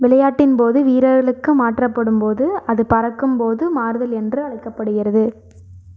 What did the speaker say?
விளையாட்டின் போது வீரர்களுக்கு மாற்றப்படும் போது அது பறக்கும் போது மாறுதல் என்று அழைக்கப்படுகிறது